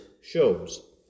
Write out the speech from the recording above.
shows